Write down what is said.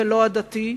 ולא הדתי,